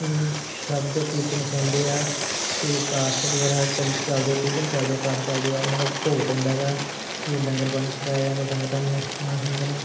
ਸ਼ਬਦ ਕੀਰਤਨ ਸੁਣਦੇ ਆ ਅਤੇ ਪਾਠ ਵਗੈਰਾ ਚਲ ਚਲਦੇ ਕਈ ਦਿਨ ਚਲਦੇ ਪਾਠ ਚਲਦੇ ਆ ਉਹਨਾਂ ਦਾ ਭੋਗ ਪੈਂਦਾ ਹੈਗਾ ਅਤੇ ਲੰਗਰ ਪਾਣੀ ਛਕਾਇਆ ਜਾਂਦਾ ਸੰਗਤਾਂ ਨੂੰ ਉਹਨਾਂ ਸੰਗਤਾਂ ਨੂੰ